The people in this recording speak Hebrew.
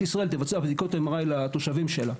ישראל תבצע בדיקות MRI לתושבים שלה.